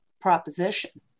proposition